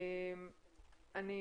אני